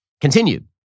continued